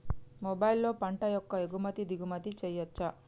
మొబైల్లో పంట యొక్క ఎగుమతి దిగుమతి చెయ్యచ్చా?